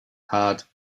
heart